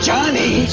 Johnny